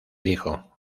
dijo